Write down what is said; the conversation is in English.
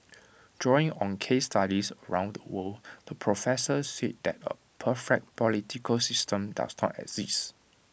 drawing on case studies around the world the professor said that A perfect political system does not exist